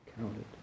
counted